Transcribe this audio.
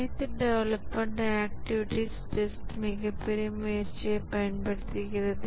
அனைத்து development activities test மிகப்பெரிய முயற்சியைப் பயன்படுத்துகிறது